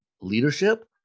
leadership